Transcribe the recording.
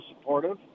supportive